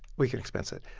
we can expense it